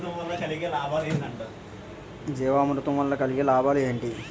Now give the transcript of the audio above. జీవామృతం వల్ల కలిగే లాభాలు ఏంటి?